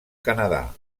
canadà